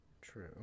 True